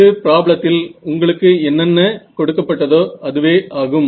இது ப்ராப்ளத்தில் உங்களுக்கு என்னென்ன கொடுக்கப்பட்டதோ அதுவே ஆகும்